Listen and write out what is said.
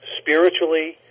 spiritually